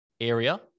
area